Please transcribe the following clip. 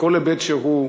מכל היבט שהוא,